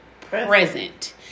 present